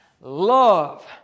love